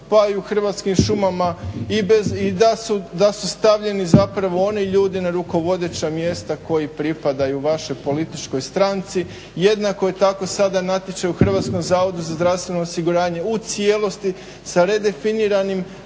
pa i u Hrvatskim šumama i bez, i da su stavljeni zapravo oni ljudi na rukovodeća mjesta koji pripadaju vašoj političkoj stranci. Jednako je tako sada natječaj u Hrvatskom zavodu za zdravstveno osiguranje u cijelosti sa redefiniranim